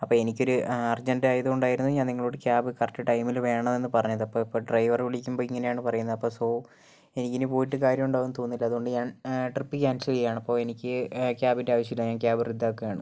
അപ്പോൾ എനിക്കൊരു അർജെന്റായത് കൊണ്ടായിരുന്നു ഞാൻ നിങ്ങളോട് ക്യാബ് കറക്റ്റ് ടൈമില് വേണമെന്ന് പറഞ്ഞത് ഇപ്പോൾ ഡ്രൈവർ വിളിക്കുമ്പോൾ ഇങ്ങനെയാണ് പറയുന്നത് അപ്പോൾ സോ എനിക്കിനി പോയിട്ട് കാര്യമുണ്ടാവുമെന്ന് തോന്നുന്നില്ല അതുകൊണ്ട് ഞാൻ ട്രിപ്പ് ക്യാൻസൽ ചെയ്യുകയാണ് അപ്പോൾ എനിക്ക് ക്യാബിൻ്റെ ആവശ്യം ഇല്ല ഞാൻ ക്യാബ് റദ്ദാക്കുകയാണ്